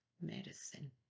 medicine